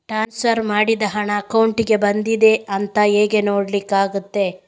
Transfer ಮಾಡಿದ ಹಣ ಅಕೌಂಟಿಗೆ ಬಂದಿದೆ ಅಂತ ಹೇಗೆ ನೋಡ್ಲಿಕ್ಕೆ ಆಗ್ತದೆ?